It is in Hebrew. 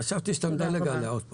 חשבתי שאתה מדלג עלי עוד פעם.